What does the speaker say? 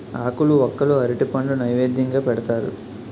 ఆకులు వక్కలు అరటిపండు నైవేద్యంగా పెడతారు